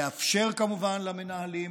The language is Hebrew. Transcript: לאפשר כמובן למנהלים